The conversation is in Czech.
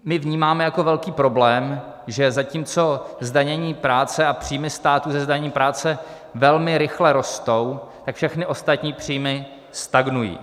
My vnímáme jako velký problém, že zatímco zdanění práce a příjmy státu ze zdanění práce velmi rychle rostou, tak všechny ostatní příjmy stagnují.